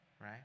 right